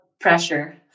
pressure